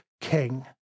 king